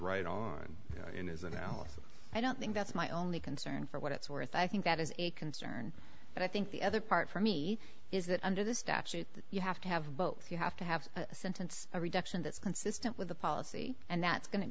right on in his analysis i don't think that's my only concern for what it's worth i think that is a concern but i think the other part for me is that under the statute that you have to have both you have to have a sentence a reduction that's consistent with the policy and that's go